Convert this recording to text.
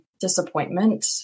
disappointment